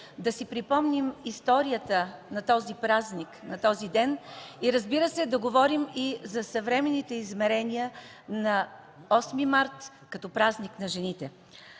да си припомним историята на този празник, на този ден и, разбира се, да говорим за съвременните измерения на 8 март като празник на жените.